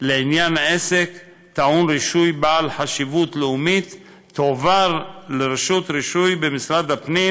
לעניין עסק טעון רישוי בעל חשיבות לאומית תועבר לרשות רישוי במשרד הפנים,